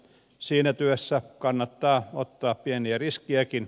siinä työssä kannattaa ottaa pieniä riskejäkin